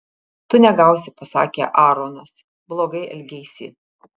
tu negausi pasakė aaronas blogai elgeisi